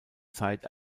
zeit